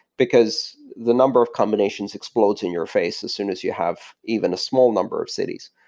because the number of combinations explodes in your face as soon as you have even a small number of cities,